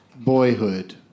Boyhood